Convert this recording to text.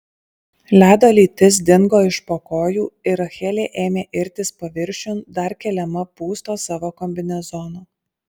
ledo lytis dingo iš po kojų ir rachelė ėmė irtis paviršiun dar keliama pūsto savo kombinezono